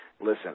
Listen